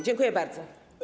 Dziękuję bardzo.